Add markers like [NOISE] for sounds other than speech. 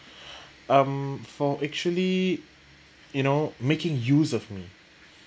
[BREATH] um for actually you know making use of me